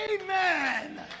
Amen